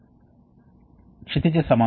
కాబట్టి ఇతర రకాల డిజైన్లు కూడా ఉన్నాయి